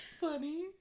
funny